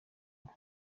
bwo